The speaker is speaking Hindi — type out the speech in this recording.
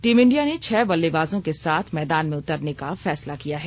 टीम इंडिया ने छह बल्लेबाजों के साथ मैदान में उतरने का फैसला किया है